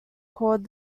called